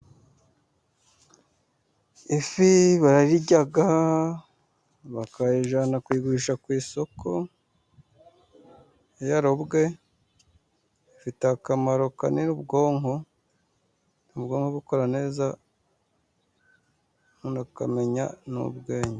Ifi barayirya, bakayijyana kuyigurisha ku isoko, iyo yarobwe, ifitiye akamaro kanini ubwonko, ituma ubwonko ukora neza, umuntu akamenya ubwenge.